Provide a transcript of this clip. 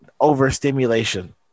overstimulation